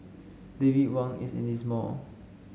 David Wang is in this mall